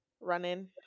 running